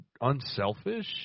unselfish